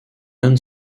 non